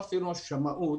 עשינו שמאות